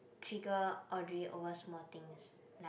trigger Audrey over small things like